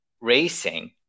racing